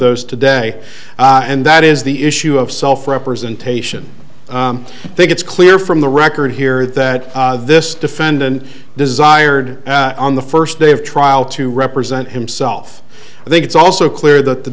those today and that is the issue of self representation i think it's clear from the record here that this defendant desired on the first day of trial to represent himself i think it's also clear that the